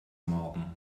morgen